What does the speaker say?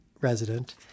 resident